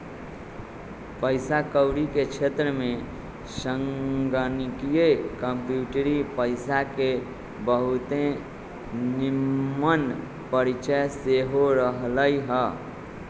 पइसा कौरी के क्षेत्र में संगणकीय कंप्यूटरी पइसा के बहुते निम्मन परिचय सेहो रहलइ ह